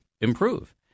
improve